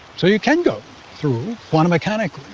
so you can go through quantum mechanics.